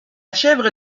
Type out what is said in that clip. chèvre